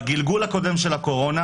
בגלגול הקודם של הקורונה